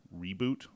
reboot